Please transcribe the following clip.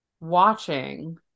watching